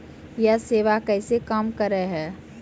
यह सेवा कैसे काम करै है?